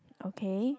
okay